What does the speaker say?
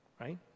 Right